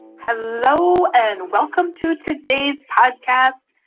hello and welcome to today's podcast.